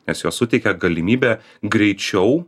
nes jos suteikia galimybę greičiau